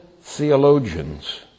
theologians